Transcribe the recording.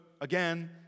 again